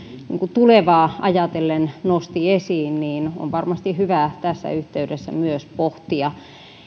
tulevaa ajatellen nosti esiin on varmasti hyvä tässä yhteydessä myös pohtia